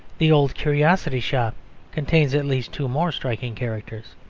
the old curiosity shop contains at least two more striking characters.